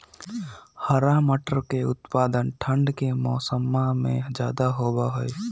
हरा मटर के उत्पादन ठंढ़ के मौसम्मा में ज्यादा होबा हई